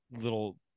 little